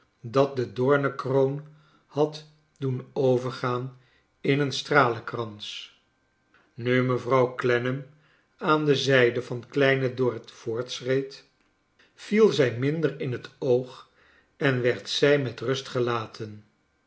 dat de doornenkroon had doen overgaan in een stralenkrans nu mevrouw clennam aan de zijde van kleine dorrit voortschreed viel zij minder in het oog en werd zij met rust gelaten